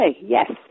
Yes